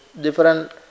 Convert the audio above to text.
different